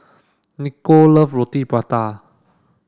Nicole love Roti Prata